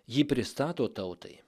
jį pristato tautai